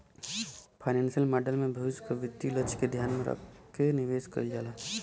financial model में भविष्य क वित्तीय लक्ष्य के ध्यान में रखके निवेश कइल जाला